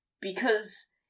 Because-